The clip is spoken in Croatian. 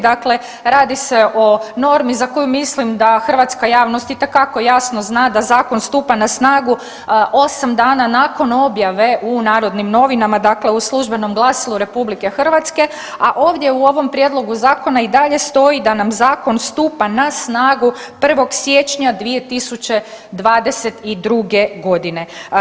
Dakle, radi se o normi za koju mislim da hrvatska javnost itekako jasno zna da zakon stupa na snagu 8 dana nakon objave u Narodnim novinama, dakle u službenom glasilu RH, a ovdje u ovom prijedlogu zakona i dalje stoji da nam zakon stupa na snagu 1. siječnja 2022. godine.